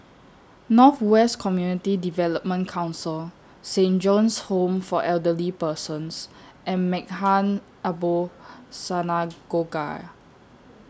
North West Community Development Council Saint John's Home For Elderly Persons and Maghain Aboth Synagogue